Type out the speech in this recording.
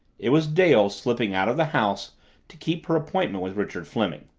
it was dale slipping out of the house to keep her appointment with richard fleming.